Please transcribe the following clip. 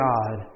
God